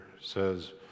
says